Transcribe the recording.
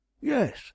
yes